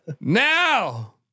now